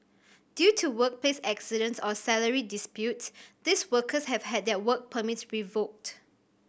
due to workplace accidents or salary disputes these workers have had their work permits revoked